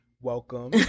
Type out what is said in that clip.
Welcome